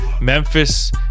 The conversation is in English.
Memphis